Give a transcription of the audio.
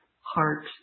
heart